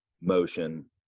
motion